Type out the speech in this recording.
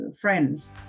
friends